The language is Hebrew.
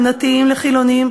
בין דתיים לחילונים,